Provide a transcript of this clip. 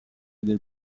del